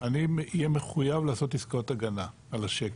אני אהיה מחויב לעשות עסקאות הגנה על השקל,